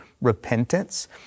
repentance